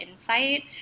insight